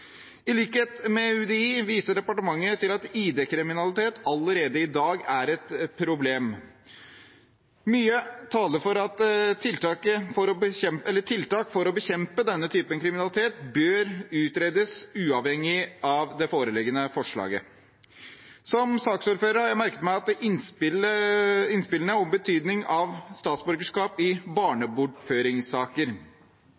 I likhet med UDI viser departementet til at ID-kriminalitet allerede i dag er et problem. Mye taler for at tiltak for å bekjempe denne typen kriminalitet bør utredes uavhengig av det foreliggende forslaget. Som saksordfører har jeg merket meg innspillene om betydningen av statsborgerskap i